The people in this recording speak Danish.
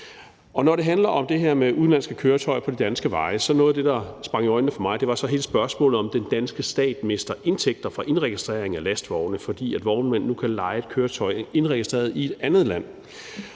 Når det handler om det her med udenlandske køretøjer på de danske veje, var noget af det, der sprang mig i øjnene, hele spørgsmålet om, om den danske stat mister indtægter fra indregistrering af lastvogne, fordi vognmænd nu kan leje et køretøj indregistreret i et andet land.